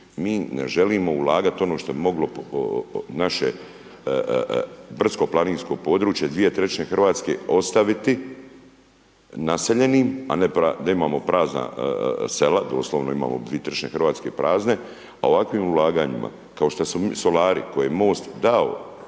Mi ne želimo ulagati ono što bi moglo naše brdsko planinsko područje 2/3 RH ostaviti naseljenim, a ne da imamo prazna sela, doslovno imamo 2/3 RH prazne, a ovakvim ulaganjima, kao što su solari koje je Most dao